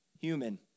human